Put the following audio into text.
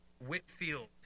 Whitfield